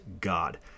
God